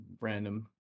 random